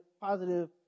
positive